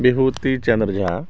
Vibhuti Chandra Jha